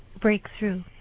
breakthrough